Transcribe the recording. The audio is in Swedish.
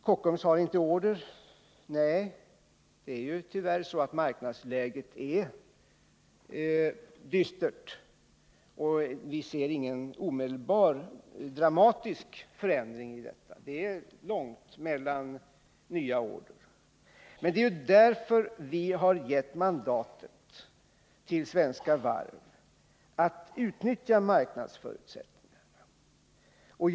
Kockums har inte order, sade Thage Peterson. Nej, det är tyvärr så att marknadsläget är dystert. Vi ser ingen omedelbar, dramatisk förändring härvidlag, och det är långt mellan nya order. Men det är ju därför vi har gett mandatet till Svenska Varvatt utnyttja marknadsförutsättningarna.